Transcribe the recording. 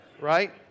right